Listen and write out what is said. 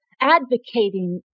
advocating